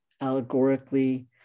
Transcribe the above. allegorically